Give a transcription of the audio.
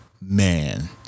man